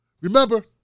Remember